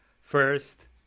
first